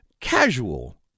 casual